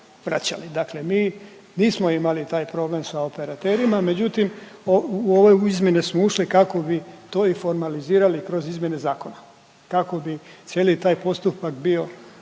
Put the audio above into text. Dakle, mi nismo imali taj problem sa operaterima. Međutim, u ove izmjene smo ušli kako bi to i formalizirali kroz izmjene zakona, kako bi cijeli taj postupak bio